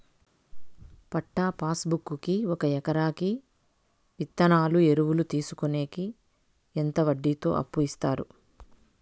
పట్టా pass book కి ఒక ఎకరాకి విత్తనాలు, ఎరువులు తీసుకొనేకి ఎంత వడ్డీతో అప్పు ఇస్తారు?